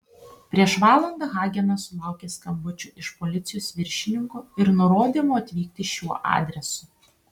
prieš valandą hagenas sulaukė skambučio iš policijos viršininko ir nurodymo atvykti šiuo adresu